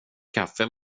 kaffe